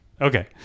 Okay